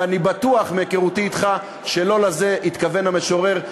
ואני בטוח מהיכרותי אתך שלא לזה התכוון המשורר.